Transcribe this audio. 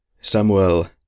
Samuel